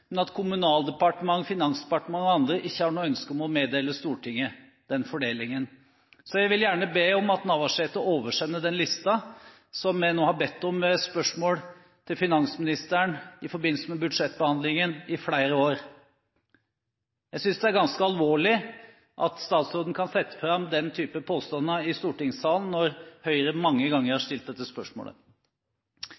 men at Kommunaldepartementet, Finansdepartementet og andre ikke har noe ønske om å meddele Stortinget den fordelingen. Så jeg vil gjerne be om at statsråd Navarsete oversender den listen som vi nå i flere år har bedt om, gjennom spørsmål til finansministeren i forbindelse med budsjettbehandlingen. Jeg synes det er ganske alvorlig at statsråden kan sette fram den type påstander i stortingssalen, når Høyre mange ganger har